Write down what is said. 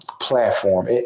platform